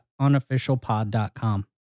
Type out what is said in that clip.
Unofficialpod.com